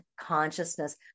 consciousness